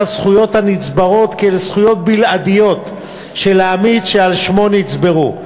הזכויות הנצברות כאל זכויות בלעדיות של העמית שעל שמו נצברו,